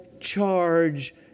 charge